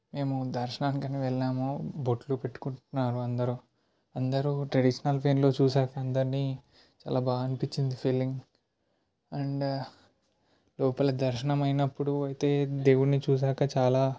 మేము దర్శనానికని వెళ్ళాము బొట్లు పెట్టుకుంటున్నారు అందరం అందరు ట్రెడిషినల్ ఫీల్లో చూశాక అందరినీ చాలా బా అనిపించింది ఫీలింగ్ అండ్ లోపల దర్శనమైనప్పుడు అయితే దేవుణ్ణి చూశాక చాలా